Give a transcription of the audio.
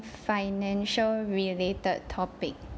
financial related topic